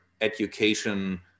education